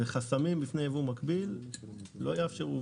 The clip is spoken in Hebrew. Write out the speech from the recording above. וחסמים בפני הייבוא המקביל לא יאפשרו,